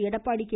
Edappadi K